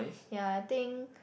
ya I think